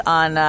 on